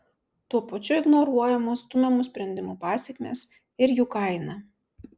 tuo pačiu ignoruojamos stumiamų sprendimų pasekmės ir jų kaina